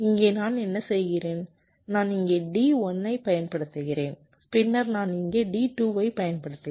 இங்கே நான் என்ன செய்கிறேன் நான் இங்கே D1 ஐப் பயன்படுத்துகிறேன் பின்னர் நான் இங்கே D2 ஐப் பயன்படுத்துகிறேன்